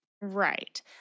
right